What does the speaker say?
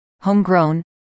homegrown